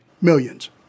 Millions